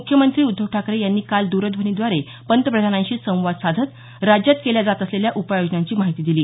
मुख्यमंत्री उद्धव ठाकरे यांनी काल द्रध्वनी द्वारे पंतप्रधानांशी संवाद साधत राज्यात केल्या जात असलेल्या उपाययोजनांची माहिती दिली